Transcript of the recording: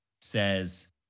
says